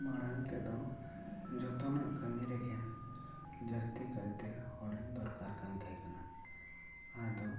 ᱢᱟᱲᱟᱝ ᱛᱮᱫᱚ ᱡᱚᱛᱚᱱᱟᱜ ᱠᱟᱹᱢᱤ ᱨᱮᱜᱮ ᱡᱟᱹᱥᱛᱤ ᱠᱟᱭ ᱛᱮ ᱦᱚᱲᱮᱢ ᱫᱟᱨᱠᱟᱨ ᱛᱟᱦᱮᱸ ᱠᱟᱱᱟ ᱟᱫᱚ ᱱᱤᱛᱚᱜ ᱫᱚ